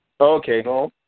Okay